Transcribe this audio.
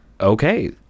okay